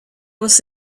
was